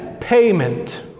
payment